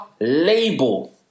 label